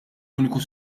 unika